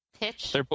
Pitch